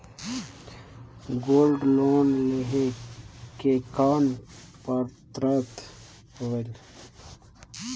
Gold loan लेहे के कौन पात्रता होएल?